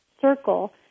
circle